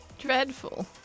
Dreadful